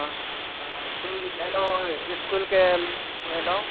hello इसकुलके भेलहुँ